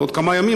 עוד כמה ימים,